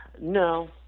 No